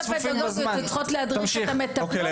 המדריכות הפדגוגיות שצריכות להדריך את המטפלות.